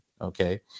Okay